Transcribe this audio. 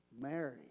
Mary